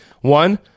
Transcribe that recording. One